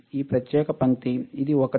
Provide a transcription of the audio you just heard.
ఈ ప్రత్యేక పంక్తి ఇది ఒకటి